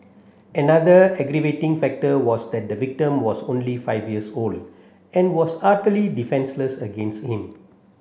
another aggravating factor was that the victim was only five years old and was utterly defenceless against him